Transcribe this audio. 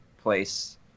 place